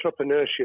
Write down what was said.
entrepreneurship